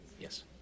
Yes